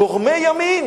גורמי ימין